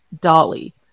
Dolly